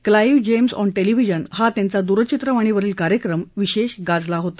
Clive James on television हा त्यांचा दूरचित्रवाणीवरील कार्यक्रम विशेष गाजला होता